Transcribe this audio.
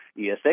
ESA